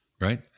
right